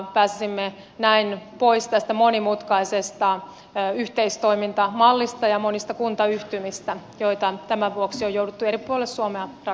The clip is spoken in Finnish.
pääsisimme näin pois tästä monimutkaisesta yhteistoimintamallista ja monista kuntayhtymistä joita tämän vuoksi jo nyt ei ole suomea ja